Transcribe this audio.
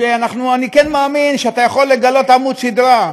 ואני כן מאמין שאתה יכול לגלות עמוד שדרה,